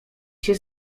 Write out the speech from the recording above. się